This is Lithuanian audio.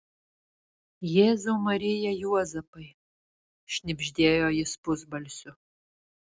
jėzau marija juozapai šnibždėjo jis pusbalsiu